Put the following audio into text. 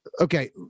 Okay